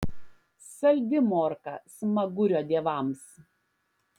saldi morka smagurio dievams